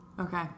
Okay